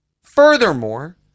Furthermore